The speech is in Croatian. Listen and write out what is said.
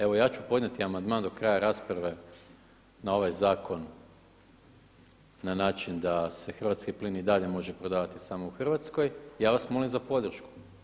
Evo ja ću podnijeti amandman do kraja rasprave na ovaj zakon na način da se hrvatski plin i dalje može prodavati samo u Hrvatskoj, ja vas molim za podršku.